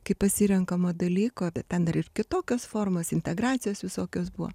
kaip pasirenkamo dalyko bet ten dar ir kitokios formos integracijos visokios buvo